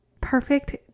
perfect